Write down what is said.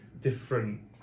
different